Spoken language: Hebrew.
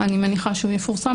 אני מניחה שהוא יפורסם,